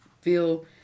feel